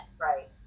Right